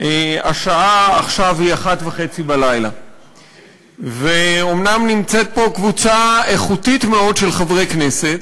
השעה עכשיו היא 01:30. אומנם נמצאת פה קבוצה איכותית מאוד של חברי כנסת,